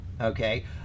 okay